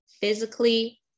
physically